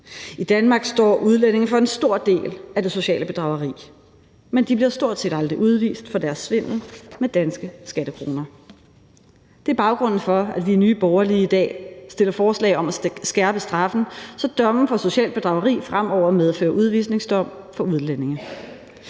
I Danmark står udlændinge for en stor del af det sociale bedrageri, men de bliver stort set aldrig udvist for deres svindel med danske skattekroner. Det er baggrunden for, at vi i Nye Borgerlige i dag fremsætter forslag om at skærpe straffen, så domme for socialt bedrageri fremover medfører udvisningsdom for udlændinge.